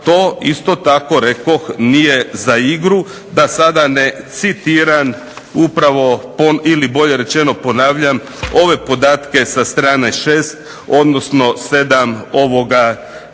to isto tako rekoh nije za igru, da sada ne citiram upravo ili bolje rečeno ponavljam ove podatke sa strane 6. odnosno 7. ovog